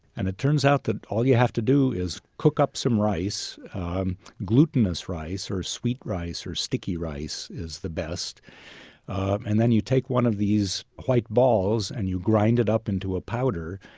and it turns out that all you have to do is cook up some rice glutinous rice or sweet rice or sticky rice is the best and then you take one of these white balls, and you grind it up into a powder.